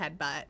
headbutt